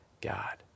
God